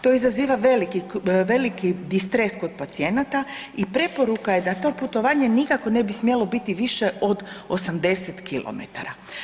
To izaziva veliki distres kod pacijenata i preporuka je da to putovanje nikako ne bi smjelo biti više od 80 km.